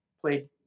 played